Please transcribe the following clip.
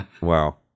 Wow